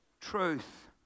truth